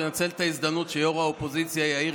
אני רוצה לנצל את ההזדמנות שיו"ר האופוזיציה יאיר